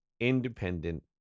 Independent